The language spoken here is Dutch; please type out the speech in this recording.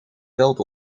veld